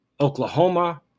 Oklahoma